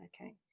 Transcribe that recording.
okay